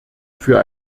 für